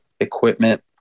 equipment